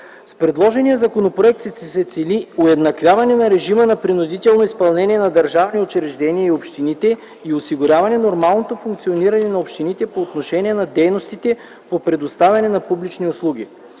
С предложения законопроект се цели уеднаквяване на режима на принудително изпълнение за държавни учреждения и общините и осигуряване нормалното функциониране на общините по отношение на дейностите по предоставяне на публични услуги.